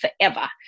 forever